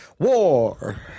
War